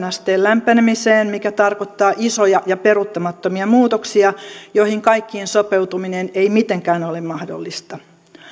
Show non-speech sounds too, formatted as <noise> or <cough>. <unintelligible> asteen lämpenemiseen mikä tarkoittaa isoja ja peruuttamattomia muutoksia joihin kaikkiin sopeutuminen ei mitenkään ole mahdollista